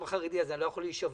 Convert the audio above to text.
חרדי אז אני לא יכול להישבע,